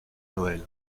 noel